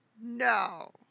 no